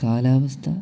കാലാവസ്ഥ